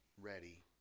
ready